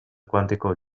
quantico